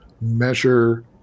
measure